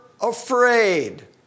afraid